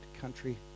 country